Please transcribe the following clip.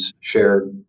shared